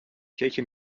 کیک